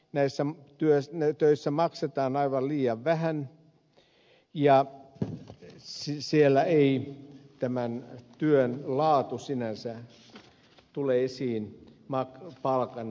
näissä töissä maksetaan aivan liian vähän ja siellä ei tämän työn laatu sinänsä tule esiin palkan suuruudessa